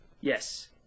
Yes